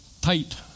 tight